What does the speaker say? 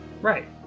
Right